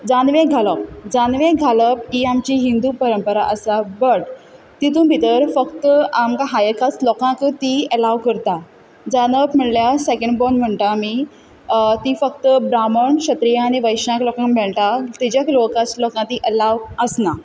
जानवें घालप जानवें घालप ही आमची हिंदू परंपरा आसा बट तितूंत भितर फक्त आमकां हायर कास्ट लोकांक ती अलाव करता जानत म्हणल्यार सेंकंड बोर्न म्हणटा आमी ती फक्त ब्राह्मण क्षत्रिय आनी वैश्या लोकांक मेळटा तेंच्या लोकांक ती अलाव आसना